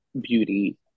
beauty